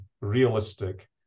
realistic